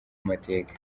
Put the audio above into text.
amateka